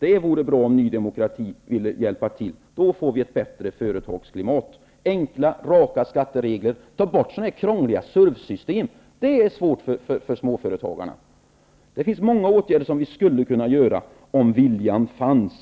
Det vore bra om Ny demokrati ville hjälpa till med det. Då blir det ett bättre företagsklimat med enkla, raka skatteregler. Ta bort de krångliga systemen som är svåra för småföretagarna att förstå. Om viljan fanns skulle många åtgärder kunna vidtas.